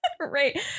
Right